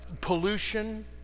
pollution